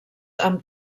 amb